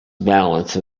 balance